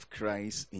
Christ